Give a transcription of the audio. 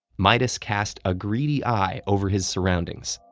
midas cast a greedy eye over his surroundings.